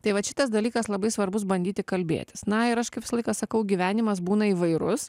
tai vat šitas dalykas labai svarbus bandyti kalbėtis na ir aš kaip visą laiką sakau gyvenimas būna įvairus